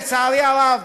לצערי הרב,